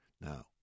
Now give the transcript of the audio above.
Now